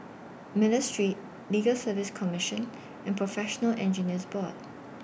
Miller Street Legal Service Commission and Professional Engineers Board